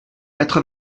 quatre